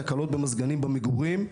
תקלות במזגנים במגורים,